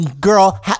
girl